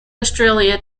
australia